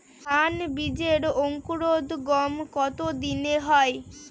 ধান বীজের অঙ্কুরোদগম কত দিনে হয়?